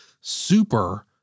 super